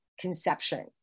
conception